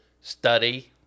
study